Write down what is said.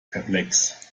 perplex